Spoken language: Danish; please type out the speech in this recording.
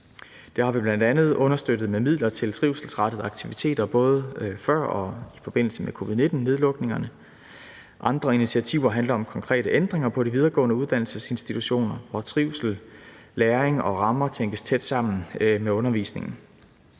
Det har vi bl.a. understøttet med midler til trivselsrettede aktiviteter både før og i forbindelse med covid-19-nedlukningerne. Andre initiativer handler om konkrete ændringer på de videregående uddannelsesinstitutioner, hvor trivsel, læring og rammer tænkes tæt sammen med undervisningen.